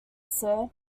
sir